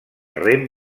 rem